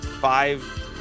five